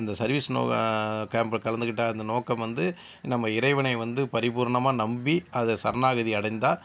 அந்த சர்வீஸ் நோக கேம்ப்ல கலந்துக்கிட்ட அந்த நோக்கம் வந்து நம்ம இறைவனை வந்து பரிபூர்ணமாக நம்பி அதை சரணாகதி அடைந்தால்